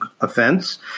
offense